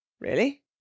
Really